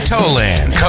Toland